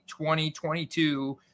2022